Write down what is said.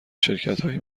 شرکتهایی